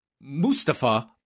Mustafa